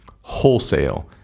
wholesale